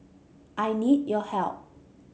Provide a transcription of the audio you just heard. I need your help